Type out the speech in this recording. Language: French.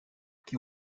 qui